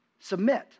submit